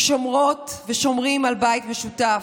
שומרות ושומרים על בית משותף,